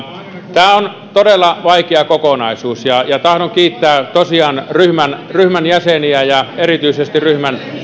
tämä on todella vaikea kokonaisuus ja ja tahdon kiittää tosiaan ryhmän ryhmän jäseniä ja erityisesti ryhmän